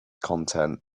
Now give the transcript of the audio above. content